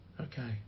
Okay